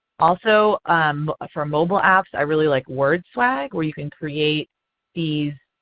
also um for mobile apps i really like wordswag where you can create these